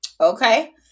okay